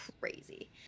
crazy